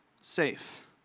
safe